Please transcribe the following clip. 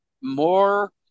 more